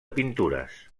pintures